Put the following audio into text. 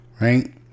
right